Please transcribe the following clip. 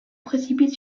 précipite